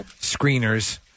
screeners